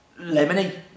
lemony